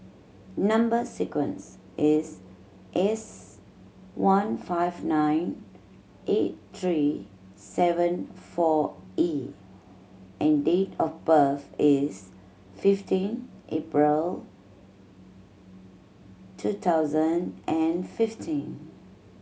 number sequence is S one five nine eight three seven four E and date of birth is fifteen April two thousand and fifteen